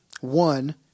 one